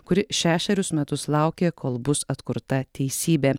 kuri šešerius metus laukė kol bus atkurta teisybė